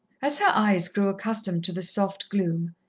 as her eyes grew accustomed to the soft gloom,